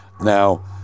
Now